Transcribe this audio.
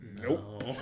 Nope